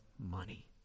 money